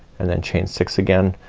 and then chain six again,